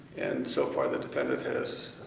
and so far the defendant has